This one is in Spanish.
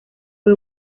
fue